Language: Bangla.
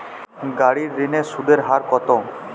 গাড়ির ঋণের সুদের হার কতো?